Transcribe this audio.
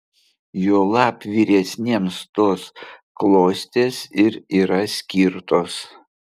juolab vyresniems tos klostės ir yra skirtos